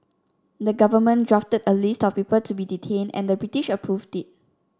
the governments drafted a list of people to be detained and the British approved it